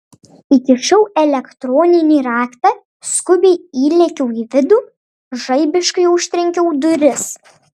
įkišau elektroninį raktą skubiai įlėkiau į vidų žaibiškai užtrenkiau duris